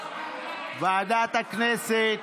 ועדת הכנסת,